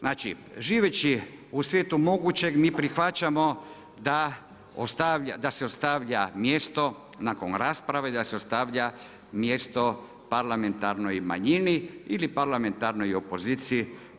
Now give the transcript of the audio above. Znači živeći u svijetu mogućeg mi prihvaćamo da se ostavlja mjesto nakon rasprave da se ostavlja mjesto parlamentarnoj manjini ili parlamentarnoj opoziciji.